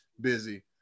busy